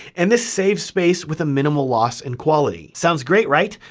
and this saves space with a minimal loss in quality. sounds great, right?